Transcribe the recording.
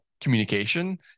communication